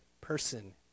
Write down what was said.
person